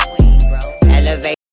Elevate